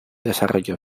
desarrollo